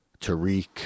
Tariq